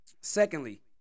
secondly